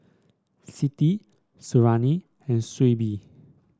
Siti Suriani and Shuib